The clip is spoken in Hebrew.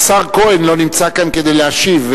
השר כהן לא נמצא כאן כדי להשיב.